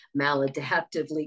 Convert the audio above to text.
maladaptively